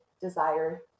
desire